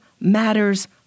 matters